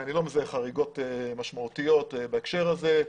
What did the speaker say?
אני לא מזהה חריגות משמעותיות בהקשר הזה.